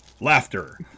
Laughter